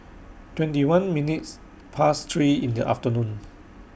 twenty one minutes Past three in The afternoon